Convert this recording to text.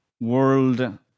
world